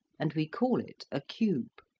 and we call it a cube.